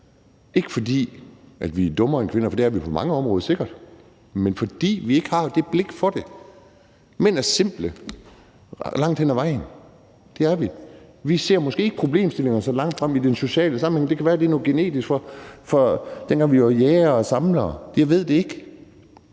ikke, fordi vi er dummere end kvinder – for det er vi sikkert på mange områder – men fordi vi ikke har det blik for det. Mænd er simple langt hen ad vejen. Det er vi, og vi ser måske ikke problemstillingerne så langt fremme i den sociale sammenhæng. Det kan være, det er noget genetisk, fra dengang vi var jægere og samlere. Jeg ved det ikke,